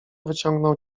wyciągnął